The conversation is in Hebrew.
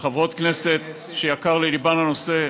וחברות כנסת, שיקר לליבן הנושא,